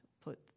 put